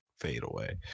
fadeaway